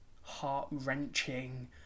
heart-wrenching